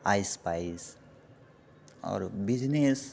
आइज स्पाइज आओर बिजनेस